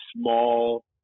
small